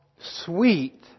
sweet